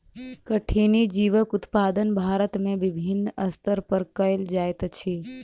कठिनी जीवक उत्पादन भारत में विभिन्न स्तर पर कयल जाइत अछि